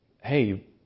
hey